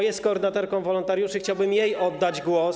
Jest koordynatorką wolontariuszy i chciałbym jej oddać głos.